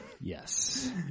yes